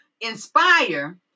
inspire